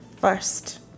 first